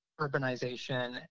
urbanization